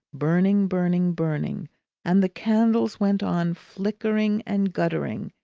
burning, burning, burning and the candles went on flickering and guttering,